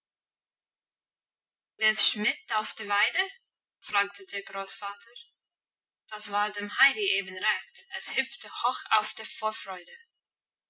willst mit auf die weide fragte der großvater das war dem heidi eben recht es hüpfte hoch auf vor freude